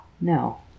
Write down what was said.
no